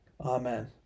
Amen